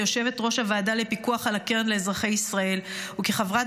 כיושבת-ראש הוועדה לפיקוח על הקרן לאזרחי ישראל וכחברת